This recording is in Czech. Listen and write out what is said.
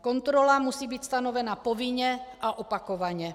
Kontrola musí být stanovena povinně a opakovaně.